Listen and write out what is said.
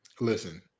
Listen